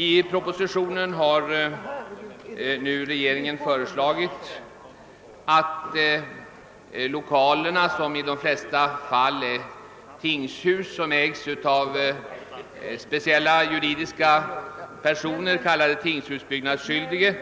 I propositionen har regeringen föreslagit, att lokalerna som i de flesta fall är tingshus och ägs av speciella juridiska personer, kallade tingshusbyggnadsskyldige,